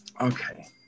Okay